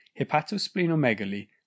hepatosplenomegaly